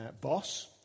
boss